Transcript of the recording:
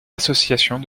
associations